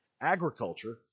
agriculture